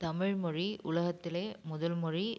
தமிழ் மொழி உலகத்திலேயே முதல் மொழி